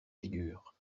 figure